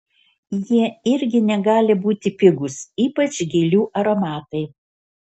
jie irgi negali būti pigūs ypač gėlių aromatai